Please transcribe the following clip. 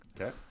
Okay